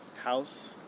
House